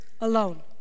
alone